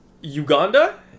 Uganda